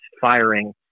firing